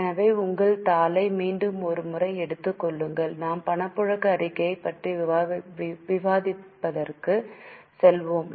எனவே உங்கள் தாளை மீண்டும் ஒரு முறை எடுத்துக் கொள்ளுங்கள் நாம் பணப்புழக்க அறிக்கை பற்றிய விவாதத்திற்கு செல்வோம்